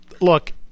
look